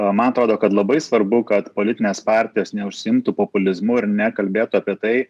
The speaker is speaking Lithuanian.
man atrodo kad labai svarbu kad politinės partijos neužsiimtų populizmu ir nekalbėtų apie tai